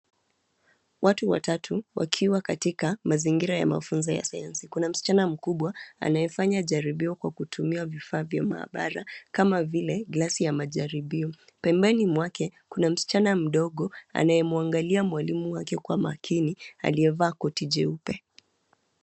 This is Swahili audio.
Watu watatu wakiwa katika mazingira ya mafunzo ya Sayansi kuna msichana mkubwa anayefanya jaribio kwa kutumia vifaa vya maabara kama vile glasi ya majaribio, pembeni mwake kuna msichana mdogo anayemwangalia mwalimu wake kwa makini aliyevaa koti jeupe.